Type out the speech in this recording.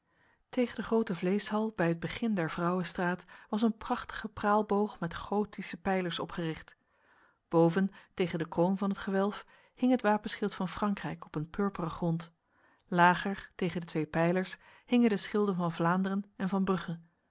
tegen de grote vleeshal bij het begin der vrouwestraat was een prachtige praalboog met gotische pijlers opgericht boven tegen de kroon van het gewelf hing het wapenschild van frankrijk op een purperen grond lager tegen de twee pijlers hingen de schilden van vlaanderen en van brugge